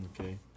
Okay